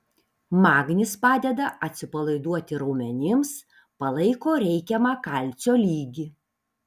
magnis padeda atsipalaiduoti raumenims palaiko reikiamą kalcio lygį